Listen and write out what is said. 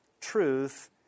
truth